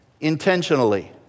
intentionally